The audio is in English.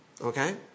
Okay